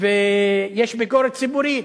ויש ביקורת ציבורית.